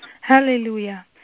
Hallelujah